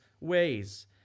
ways